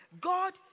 God